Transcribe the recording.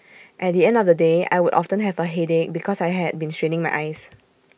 at the end of the day I would often have A headache because I had been straining my eyes